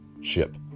ship